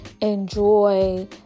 enjoy